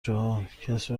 جاها، کسی